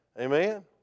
Amen